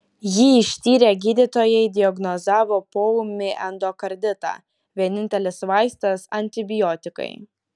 jį ištyrę gydytojai diagnozavo poūmį endokarditą vienintelis vaistas antibiotikai